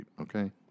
okay